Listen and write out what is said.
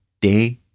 day